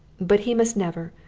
but he must never,